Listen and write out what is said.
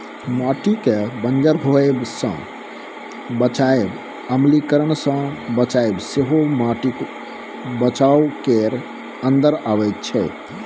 माटिकेँ बंजर होएब सँ बचाएब, अम्लीकरण सँ बचाएब सेहो माटिक बचाउ केर अंदर अबैत छै